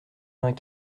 vingt